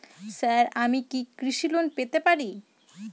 Sir আমি কি কৃষি লোন পেতে পারি?